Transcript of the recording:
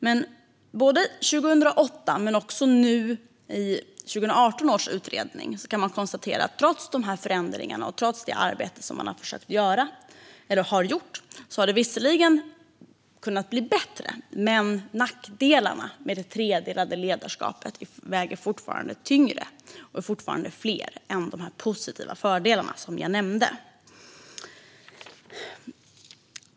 Men både 2008 och i 2018 års utredning kunde man konstatera att trots förändringarna och trots det arbete man har gjort har det visserligen blivit bättre, men nackdelarna med det tredelade ledarskapet väger fortfarande tyngre. Nackdelarna är alltså fler än de positiva fördelar som jag nämnde.